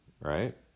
right